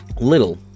Little